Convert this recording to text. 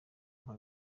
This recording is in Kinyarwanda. mpa